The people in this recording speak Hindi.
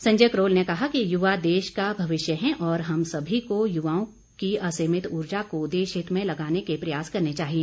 संजय करोल ने कहा कि युवा देश का भविष्य हैं और हम सभी को युवाओं की असीमित ऊर्जा को देशहित में लगाने के प्रयास करने चाहिए